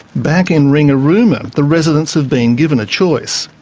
back in ringarooma, the residents have been given a choice.